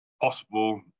possible